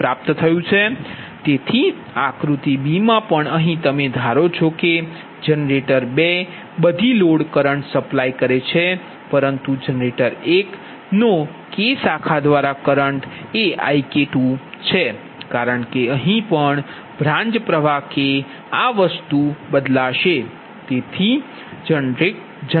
તેથી આક્રુતિ b માં પણ અહીં તમે ધારો છો કે જનરેટર 2 બધી લોડ કરન્ટ્સ સપ્લાય કરે છે પરંતુ જનરેટર 1 નો K શાખા દ્વારા કરંટ એ IK2છે કારણ કે અહીં પણ બ્રાંચ પ્ર્વાહ K આ બદલાશે